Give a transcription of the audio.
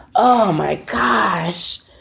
oh, my gosh.